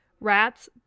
Rats